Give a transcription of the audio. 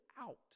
out